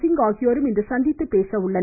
சிங் ஆகியோரும் இன்று சந்தித்துப் பேச உள்ளனர்